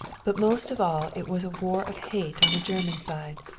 but most of all it was a war of hate on the german side.